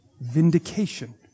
Vindication